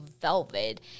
velvet